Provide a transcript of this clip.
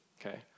okay